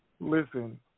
Listen